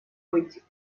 быть